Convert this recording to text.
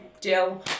deal